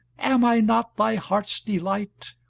am i not thy heart's delight,